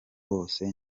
bose